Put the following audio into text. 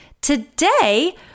Today